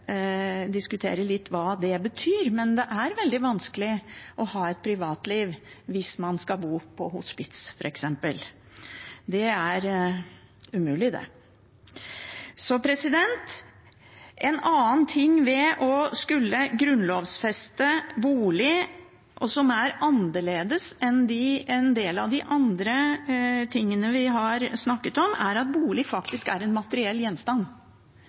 litt hva det betyr, men det er veldig vanskelig å ha et privatliv hvis man skal bo på hospits, f.eks. – det er umulig. En annen ting ved å skulle grunnlovfeste bolig, noe som er annerledes enn en del av de andre tingene vi har snakket om, er at en bolig faktisk er en materiell gjenstand.